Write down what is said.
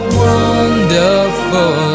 wonderful